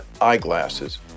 eyeglasses